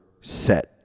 set